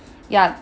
ya